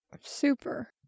Super